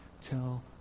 tell